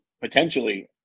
potentially